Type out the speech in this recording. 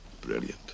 brilliant